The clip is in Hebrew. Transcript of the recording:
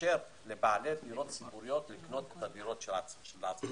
לאפשר לבעלי דירות ציבוריות לבנות את הדירות שלהם.